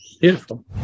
beautiful